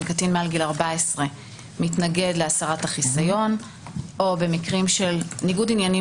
קטין מעל גיל 14 מתנגד להסרת החיסיון או במקרים של ניגוד עניינים